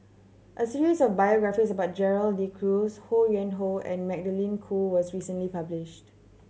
a series of biographies about Gerald De Cruz Ho Yuen Hoe and Magdalene Khoo was recently published